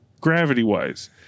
gravity-wise